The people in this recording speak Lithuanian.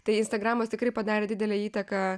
tai instagramas tikrai padarė didelę įtaką